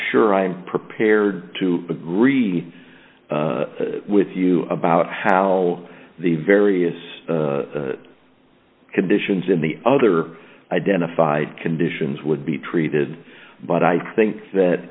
sure i'm prepared to read with you about how the various conditions in the other identified conditions would be treated but i think that